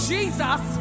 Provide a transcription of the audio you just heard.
Jesus